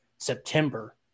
September